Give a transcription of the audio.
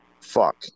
Fuck